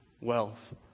wealth